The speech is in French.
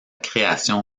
création